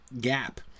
gap